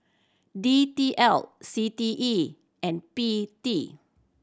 D T L C T E and P T